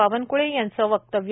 बावनक्ळे यांचं व्यक्तव्य